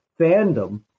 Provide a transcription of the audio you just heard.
fandom